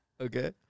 Okay